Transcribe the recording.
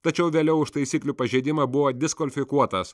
tačiau vėliau už taisyklių pažeidimą buvo diskvalifikuotas